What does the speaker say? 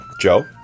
Joe